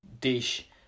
dish